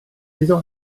iddo